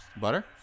Butter